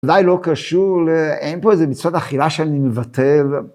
אולי לא קשור, אין פה איזה מצוות אכילה שאני מוותר.